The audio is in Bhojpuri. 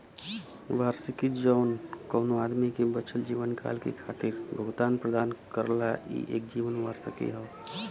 वार्षिकी जौन कउनो आदमी के बचल जीवनकाल के खातिर भुगतान प्रदान करला ई एक जीवन वार्षिकी हौ